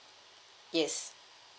yes